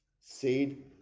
Seed